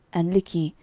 and likhi,